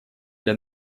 для